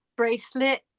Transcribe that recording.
bracelet